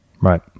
Right